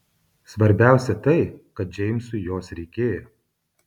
svarbiausia tai kad džeimsui jos reikėjo